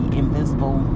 invisible